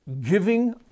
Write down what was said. giving